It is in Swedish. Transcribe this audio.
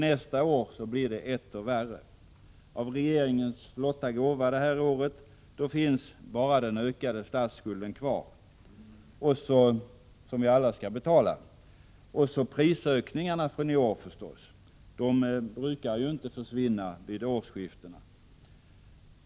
Nästa år blir det etter värre. Av regeringens flotta gåva det här året finns då bara den ökade statsskulden kvar, som vi alla skall betala. Och så prisökningarna från i år, förstås. De brukar ju inte försvinna vid årsskiftena.